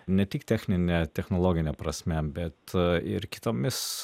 ne tik technine technologine prasme bet ir kitomis